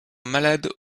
malade